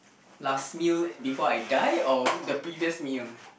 last meal before I die or the previous meal